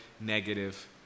negative